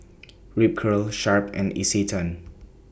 Ripcurl Sharp and Isetan